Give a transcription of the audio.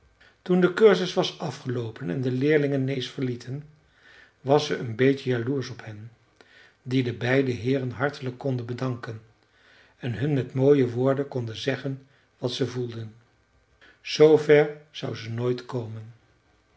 toen de cursus was afgeloopen en de leerlingen nääs verlieten was ze een beetje jaloersch op hen die de beide heeren hartelijk konden bedanken en hun met mooie woorden konden zeggen wat ze voelden zoo ver zou ze nooit komen